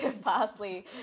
parsley